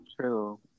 true